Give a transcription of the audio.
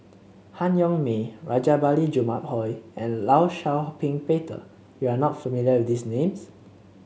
Han Yong May Rajabali Jumabhoy and Law Shau Ping Peter you are not familiar with these names